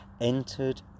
entered